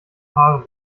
haare